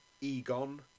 Egon